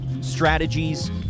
strategies